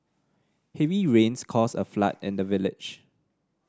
heavy rains caused a flood in the village